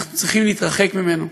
אנחנו צריכים להתרחק ממנו,